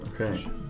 okay